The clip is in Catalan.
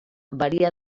varia